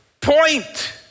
point